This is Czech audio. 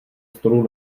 stolu